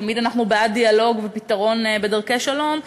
תמיד אנחנו בעד דיאלוג ופתרון בדרכי שלום,